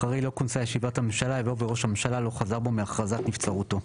אחרי 'לא כונסה הממשלה' יבוא 'וראש הממשלה לא חזר בו מהכרזת נבצרותו'.